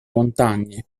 montagne